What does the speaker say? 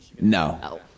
No